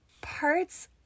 Parts